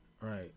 Right